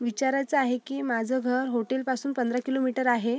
विचारायचं आहे की माझं घर होटेलपासून पंधरा किलोमीटर आहे